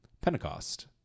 Pentecost